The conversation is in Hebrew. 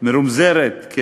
יש